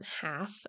half